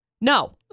No